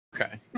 Okay